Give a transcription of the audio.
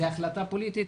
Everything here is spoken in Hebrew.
זה החלטה פוליטית,